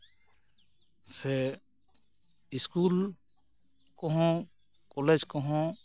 ᱥᱮ ᱤᱥᱠᱩᱞ ᱠᱚᱦᱚᱸ ᱠᱚᱞᱮᱡᱽ ᱠᱚᱦᱚᱸ